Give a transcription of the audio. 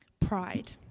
pride